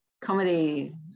comedy